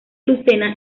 lucena